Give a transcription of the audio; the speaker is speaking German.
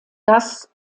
das